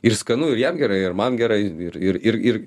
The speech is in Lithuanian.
ir skanu ir jam gerai ir man gerai ir ir ir ir